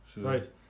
Right